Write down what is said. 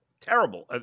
terrible